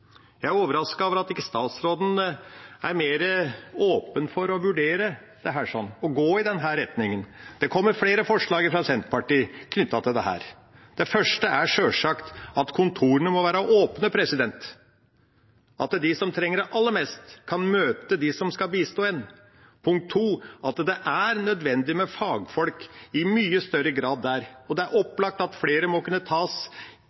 Jeg er overrasket over at ikke statsråden er mer åpen for å vurdere dette og gå i denne retningen. Det kommer flere forslag fra Senterpartiet knyttet til dette her. Det første er selvsagt at kontorene må være åpne, at de som trenger det aller mest, kan møte dem som skal bistå. Punkt to: Det er nødvendig med fagfolk i mye større grad der, og det er opplagt at flere må kunne tas